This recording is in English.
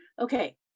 Okay